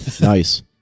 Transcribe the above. Nice